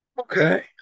okay